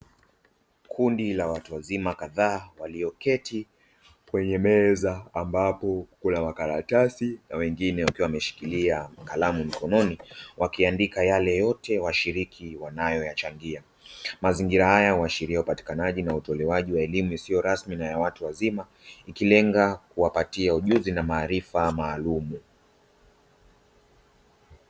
Kundi la watu wazima kadhaa walioketi kwenye meza ambapo kuna makaratasi na wengine wakiwa wameshikiria kalamu mkononi, wakiandika yale yote ambayo washiriki wanayoyachangia. Mazingira haya huashiria upatikanaji na utolewaji wa elimu isio rasmi na ya watu wazima ikirenga kuwapatia ujuzi na maarifa maalumu.